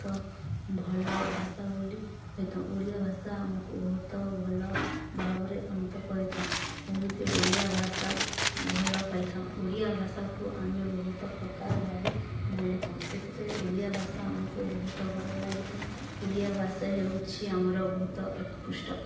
ତ ଭଲ ଭାଷା ବୋଲି ହେଇଥାଉ ଓଡ଼ିଆ ଭାଷା ଆମକୁ ବହୁତ ଭଲ ଭାବରେ ଅନ୍ତ କରିଥାଏ ସେମିତି ଓଡ଼ିଆ ଭାଷା ଭଲ ପାଇଥାଉ ଓଡ଼ିଆ ଭାଷାକୁ ଆମେ ବହୁତ ପ୍ରକାର ଭାବେ ବୋଲିଥାଉ ସେଥିପାଇଁ ଓଡ଼ିଆ ଭାଷା ଆମକୁ ବହୁତ ଭଲ ଲାଗିଥାଏ ଓଡ଼ିଆ ଭାଷା ହେଉଛି ଆମର ବହୁତ ଉତକୃଷ୍ଟ